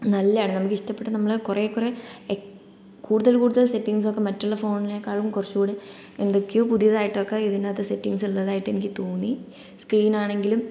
നല്ലതാണ്ണ് നമുക്ക് ഇഷ്ടപ്പെട്ട നമ്മൾ കുറെ കുറെ കൂടുതൽ കൂടുതൽ സെറ്റിംഗ്സൊക്കെ മറ്റുള്ള ഫോണിനേക്കാളും കുറച്ചു കൂടീ എന്തൊക്കെയോ പുതിയതായിട്ടൊക്കെ ഇതിനകത്ത് സെറ്റിംഗ്സ് ഉള്ളതായിട്ട് എനിക്ക് തോന്നി സ്ക്രീനാണെങ്കിലും